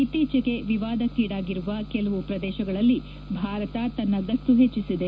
ಇತ್ತೀಚೆಗೆ ವಿವಾದಕ್ಕೀಡಾಗಿರುವ ಕೆಲವು ಪ್ರದೇಶಗಳಲ್ಲಿ ಭಾರತ ತನ್ನ ಗಸ್ತು ಹೆಚ್ಚಿಸಿದೆ